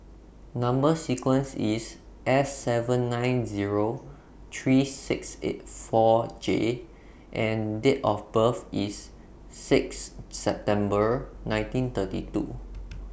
Number sequence IS S seven nine Zero three six eight four J and Date of birth IS six September nineteen thirty two